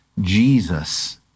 Jesus